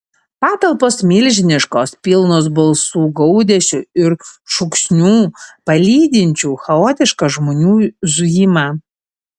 patalpos milžiniškos pilnos balsų gaudesio ir šūksnių palydinčių chaotišką žmonių zujimą